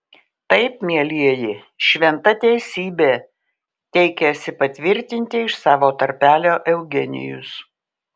taip mielieji šventa teisybė teikėsi patvirtinti iš savo tarpelio eugenijus